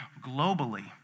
globally